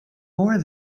more